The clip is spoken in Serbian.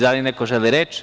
Da li neko želi reč?